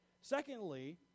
Secondly